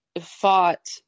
fought